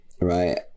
right